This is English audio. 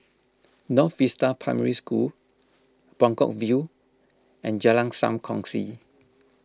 North Vista Primary School Buangkok View and Jalan Sam Kongsi